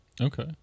okay